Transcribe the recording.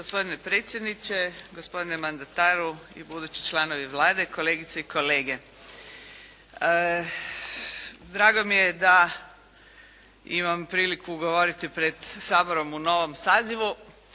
Gospodine predsjedniče, gospodine mandataru i budući članovi Vlade, kolegice i kolege. Drago mi je da imam priliku govoriti pred Saborom u novom sazivu